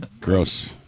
Gross